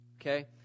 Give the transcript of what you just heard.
Okay